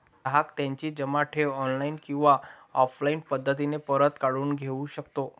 ग्राहक त्याची जमा ठेव ऑनलाईन किंवा ऑफलाईन पद्धतीने परत काढून घेऊ शकतो